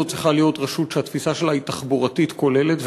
זו צריכה להיות רשות שהתפיסה שלה היא תחבורתית כוללת,